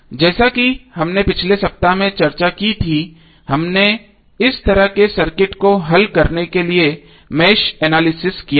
जैसा कि हमने पिछले सप्ताह चर्चा की थी हमने इस तरह के सर्किट को हल करने के लिए मेष एनालिसिस किया था